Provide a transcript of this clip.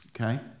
Okay